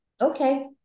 Okay